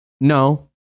no